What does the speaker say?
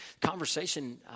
conversation